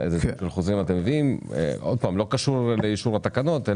זה לא קשור לאישור התקנות.